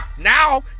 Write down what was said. Now